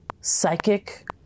psychic